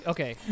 Okay